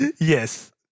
Yes